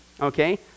Okay